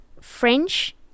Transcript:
French